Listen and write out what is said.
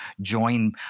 join